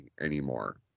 anymore